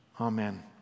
Amen